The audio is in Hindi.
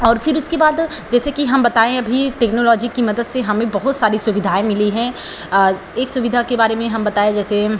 और फिर उसके बाद जैसे कि हम बताएँ अभी टेक्नोलॉजी की मदद से हमें बहुत सारी सुविधाएँ मिली हैं एक सुविधा के बारे में हम बताए जैसे